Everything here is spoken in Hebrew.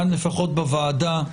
לפחות כאן בוועדה,